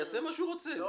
יעשה מה שהוא רוצה.